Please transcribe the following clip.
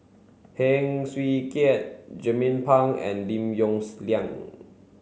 Heng Swee Keat Jernnine Pang and Lim Yong Liang